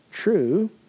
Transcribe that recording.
true